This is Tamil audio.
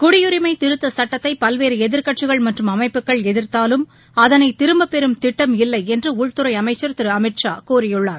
குடியுரிமை திருத்த சட்டத்தை பல்வேறு எதிர்க்கட்சிகள் மற்றும் அமைப்புகள் எதிர்த்தாலும் அதனை திரும்பப்பெறும் திட்டம் இல்லை என்று உள்துறை அமைச்சர் திரு அமித் ஷா கூறியுள்ளார்